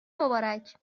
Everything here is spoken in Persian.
مبارک